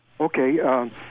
Okay